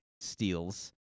steals